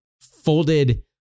folded